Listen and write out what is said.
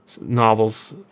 novels